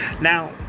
Now